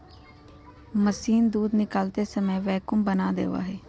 machine दूध निकालते समय वैक्यूम बना देवा हई